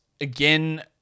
again